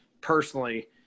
personally